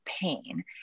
pain